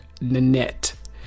Nanette